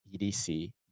EDC